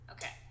Okay